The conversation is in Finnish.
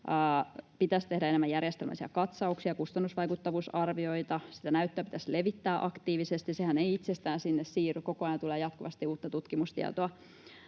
Pitäisi tehdä enemmän järjestelmällisiä katsauksia ja kustannusvaikuttavuusarvioita, ja sitä näyttöä pitäisi levittää aktiivisesti — sehän ei itsestään sinne siirry, kun koko ajan tulee jatkuvasti uutta tutkimustietoa.